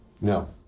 No